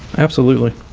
absolutely.